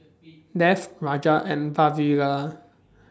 Dev Raja and Vavilala